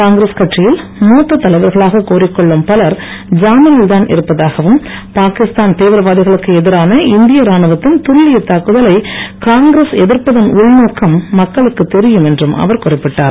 காங்கிரஸ் கட்சியில் மூத்த தலைவர்களாக கூறிக் கொள்ளும் பலர் ஜாமீனில்தான் இருப்பதாகவும் பாகிஸ்தான் தீவிரவாதிகளுக்கு எதிரான இந்திய ராணுவத்தின் துல்லிய தாக்குதலை காங்கிரஸ் எதிர்ப்பதன் உள்நோக்கம் மக்களுக்கு தெரியும் என்றும் அவர் குறிப்பிட்டார்